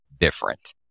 different